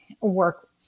work